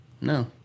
No